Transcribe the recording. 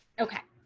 okay.